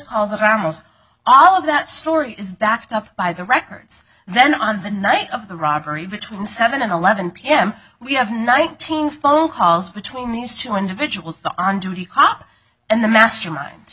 criminals all of that story is backed up by the records and then on the night of the robbery between seven and eleven pm we have nineteen phone calls between these two individuals on duty cop and the mastermind